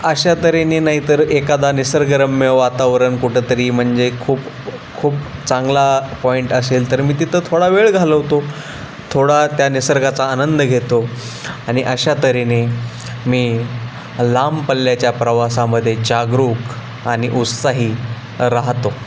अशा तऱ्हेने नाहीतर एखादा निसर्गरम्य वातावरण कुठंतरी म्हणजे खूप खूप चांगला पॉईंट असेल तर मी तिथं थोडा वेळ घालवतो थोडा त्या निसर्गाचा आनंद घेतो आणि अशा तऱ्हेने मी लांब पल्ल्याच्या प्रवासामध्ये जागरूक आणि उत्साही राहातो